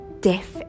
deaf